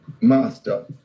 master